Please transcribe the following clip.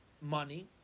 money